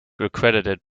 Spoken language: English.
accredited